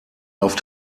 auf